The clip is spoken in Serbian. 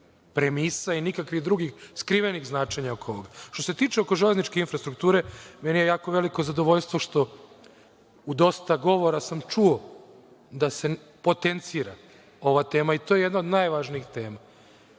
premisa i nikakvih drugih skrivenih značenja oko ovoga. Što se tiče železničke infrastruktura, meni je jako veliko zadovoljstvo što sam u dosta govora čuo da se potencira ova tema i to je jedna od najvažnijih tema.